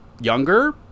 younger